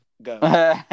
go